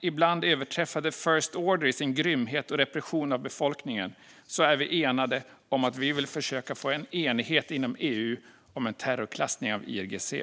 ibland överträffar till och med The First Order i sin grymhet och repression av befolkningen, är vi enade om att försöka få en enighet inom EU om en terrorklassning av IRGC.